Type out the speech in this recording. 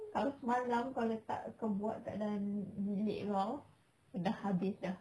kalau semalam kau letak kau buat kat dalam bilik kau dah habis dah